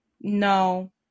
No